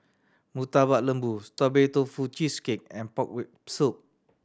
Murtabak Lembu Strawberry Tofu Cheesecake and pork rib soup